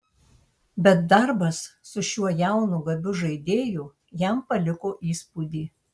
bet darbas su šiuo jaunu gabiu žaidėju jam paliko įspūdį